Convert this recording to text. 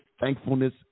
thankfulness